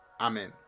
amen